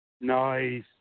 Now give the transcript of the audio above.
Nice